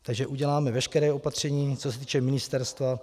Takže uděláme veškerá opatření, co se týče ministerstva.